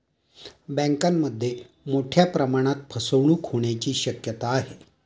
बँकांमध्ये मोठ्या प्रमाणात फसवणूक होण्याची शक्यता आहे